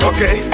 Okay